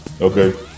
Okay